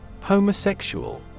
Homosexual